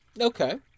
Okay